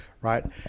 Right